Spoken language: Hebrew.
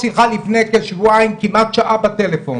לפני כשבועיים הייתי לי איתו שיחה של כמעט שעה בטלפון,